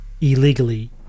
illegally